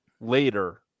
later